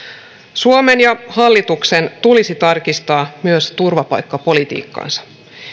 suomen ja hallituksen tulisi tarkistaa myös turvapaikkapolitiikkaansa